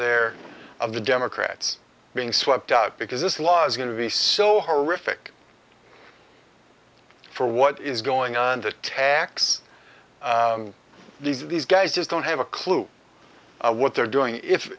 there of the democrats being swept out because this law is going to be so horrific for what is going on the tax these these guys just don't have a clue what they're doing if